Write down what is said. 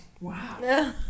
Wow